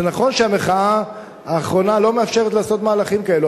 זה נכון שהמחאה האחרונה לא מאפשרת לעשות מהלכים כאלה,